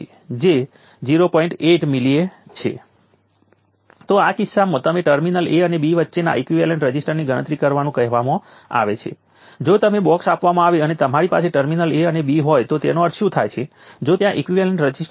તેથી એકવાર કેપેસિટરને અમુક વોલ્ટેજ માટે ચાર્જ કરવામાં આવે તો તમે કેપેસિટર બાકીના સર્કિટમાં એનર્જી પહોંચાડી શકો છો પરંતુ 0 વોલ્ટથી શરૂ કરીને કેપેસિટર હંમેશા એનર્જીને શોષી લે છે કેપેસિટર પણ એક પેસિવ એલિમેન્ટ છે